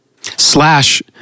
Slash